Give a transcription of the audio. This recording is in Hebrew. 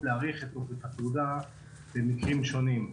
להאריך את תוקף התעודה במקרים שונים,